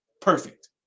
perfect